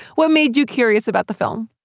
what made you curious about the film?